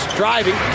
driving